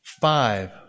Five